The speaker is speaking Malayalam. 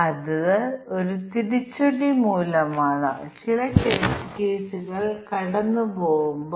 അതിനാൽ ദയവായി ഇതിനായുള്ള തീരുമാന പട്ടിക ഉണ്ടാക്കുക ദയവായി ടെസ്റ്റ് കേസുകൾ രൂപീകരിക്കുക